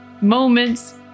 moments